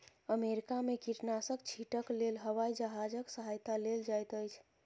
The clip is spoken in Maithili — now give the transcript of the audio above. अमेरिका में कीटनाशक छीटक लेल हवाई जहाजक सहायता लेल जाइत अछि